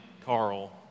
Carl